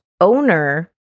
owner